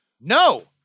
no